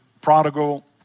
prodigal